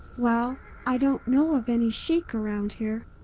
well, i don't know of any sheik around here.